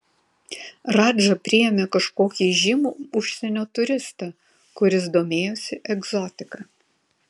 radža priėmė kažkokį įžymų užsienio turistą kuris domėjosi egzotika